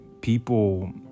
people